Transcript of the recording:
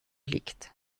liegt